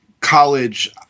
college